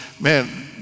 man